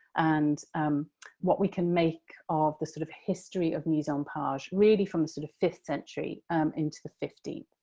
and what we can make of the sort of history of mise-en-page really from the sort of fifth century into the fifteenth.